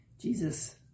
Jesus